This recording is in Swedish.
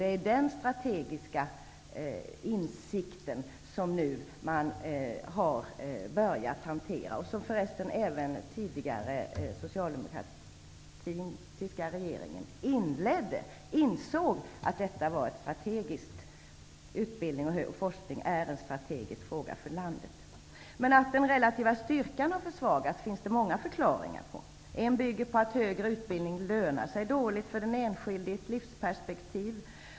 Det är denna strategiska insikt som man nu har börjat hantera, som förresten även den tidigare socialdemokratiska regeringen inledde när man insåg att utbildning och forskning är en strategisk fråga för landet. Att den relativa styrkan har försvagats finns det många förklaringar till. En bygger på att högre utbildning i ett livsperspektiv lönar sig dåligt för den enskilde.